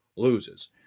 loses